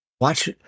watch